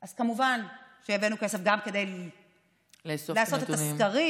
אז כמובן שהבאנו כסף גם כדי לעשות את הסקרים,